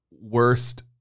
worst